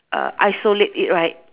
uh isolate it right